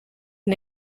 and